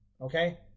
Okay